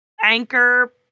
anchor